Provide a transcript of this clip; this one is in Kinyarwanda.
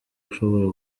ushobora